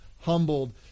humbled